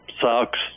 Socks